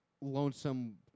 lonesome